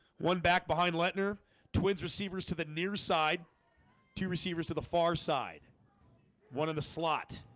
one back behind letner twins receivers to the near side two receivers to the far side one of the slot